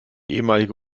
ehemalige